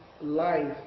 life